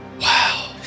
Wow